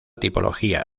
tipología